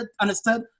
understood